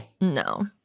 no